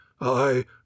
I